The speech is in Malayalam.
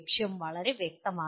ലക്ഷ്യം വളരെ വ്യക്തമാണ്